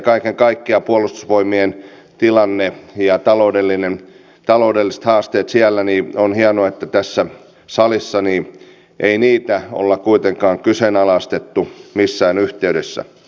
kaiken kaikkiaan puolustusvoimien tilanteen ja taloudelliset haasteet siellä huomioon ottaen on hienoa että tässä salissa ei niitä olla kuitenkaan kyseenalaistettu missään yhteydessä